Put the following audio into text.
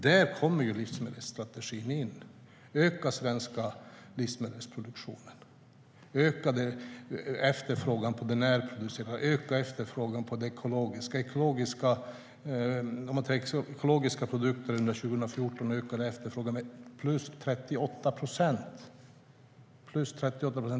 Där kommer livsmedelsstrategin in som innebär att den svenska livsmedelsproduktionen ska öka, att efterfrågan på närproducerat och ekologiskt ska öka. Under 2014 ökade efterfrågan på ekologiska produkter med 38 procent.